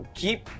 keep